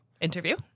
interview